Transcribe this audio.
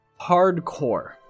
hardcore